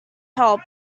help